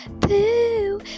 Pooh